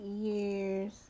years